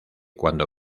cuando